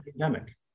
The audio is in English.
pandemic